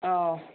ꯑꯧ